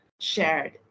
shared